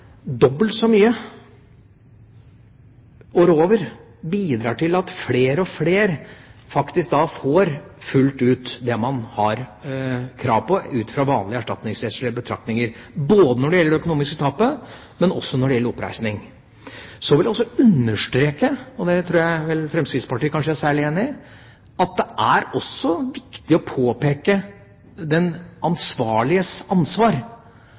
dobbelt så mye å rå over, bidrar til at flere og flere får fullt ut det man har krav på ut fra vanlige erstatningsrettslige betraktninger, ikke bare når det gjelder det økonomiske tapet, men også når det gjelder oppreisning. Så vil jeg også understreke, og det tror jeg kanskje særlig Fremskrittspartiet er enig i, at det også er viktig å påpeke den ansvarliges ansvar,